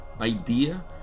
idea